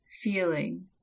feeling